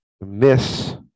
Miss